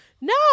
No